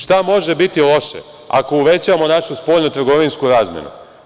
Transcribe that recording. Šta može biti loše ako uvećamo našu spoljnu trgovinsku razmenu?